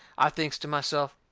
i thinks to myself,